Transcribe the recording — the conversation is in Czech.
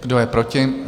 Kdo je proti?